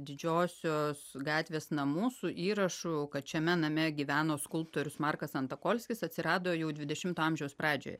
didžiosios gatvės namų su įrašu kad šiame name gyveno skulptorius markas antokolskis atsirado jau dvidešimto amžiaus pradžioje